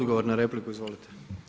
Odgovor na repliku, izvolite.